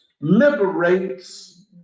liberates